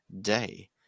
day